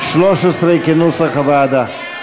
13, כנוסח הוועדה.